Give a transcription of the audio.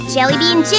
Jellybean